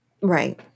Right